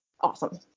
awesome